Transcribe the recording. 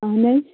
اَہن حظ